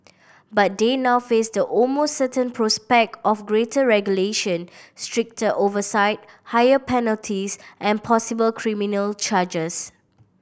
but they now face the almost certain prospect of greater regulation stricter oversight higher penalties and possible criminal charges